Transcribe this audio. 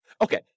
Okay